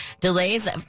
Delays